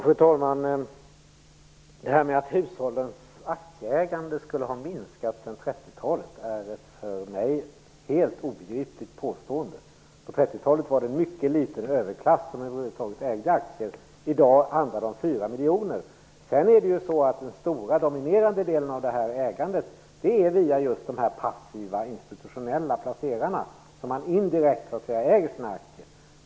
Fru talman! Att hushållens aktieägande skulle ha minskat sedan 30-talet är för mig ett obegripligt påstående. På 30-talet var det en mycket liten överklass som över huvud taget ägde aktier. I dag handlar det om 4 miljoner. Men sedan sker ju den stora dominerande delen av ägandet via de passiva institutionella placerarna. Det är via dem som man så att säga indirekt äger sina aktier.